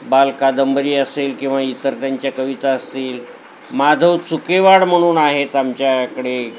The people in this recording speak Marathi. बालकादंबरी असेल किंवा इतर त्यांच्या कविता असतील माधव चुकेवाड म्हणून आहेत आमच्याकडे